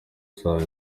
rusange